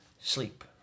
sleep